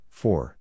four